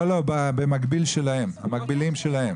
לא, לא, המקבילים שלהם.